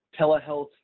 telehealth